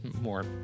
more